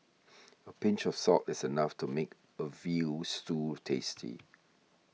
a pinch of salt is enough to make a Veal Stew tasty